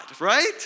right